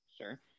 sure